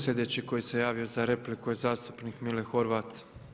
Slijedeći koji se javio za repliku je zastupnik Mile Horvat.